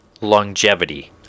longevity